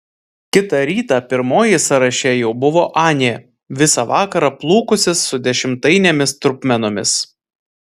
kitą rytą pirmoji sąraše jau buvo anė visą vakarą plūkusis su dešimtainėmis trupmenomis